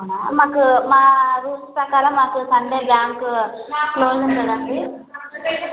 అవునా మాకు మా రూల్స్ ప్రకారం మాకు సండే బ్యాంక్ క్లోస్ ఉంటుందండి